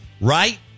Right